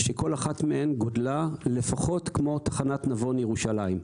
שכל אחת מהן גודלה לפחות כמו תחנת נבון ירושלים.